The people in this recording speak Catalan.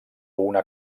una